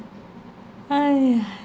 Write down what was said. !haiya!